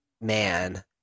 man